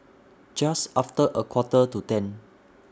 Just after A Quarter to ten